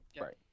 right